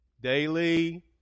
Daily